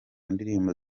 ndirimbo